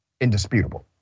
Indisputable